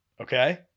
Okay